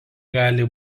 gali